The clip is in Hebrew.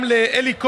גם לאלי כהן,